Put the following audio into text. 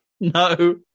No